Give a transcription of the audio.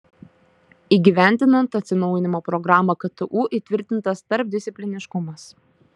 įgyvendinant atsinaujinimo programą ktu įtvirtintas tarpdiscipliniškumas